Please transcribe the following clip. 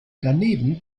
daneben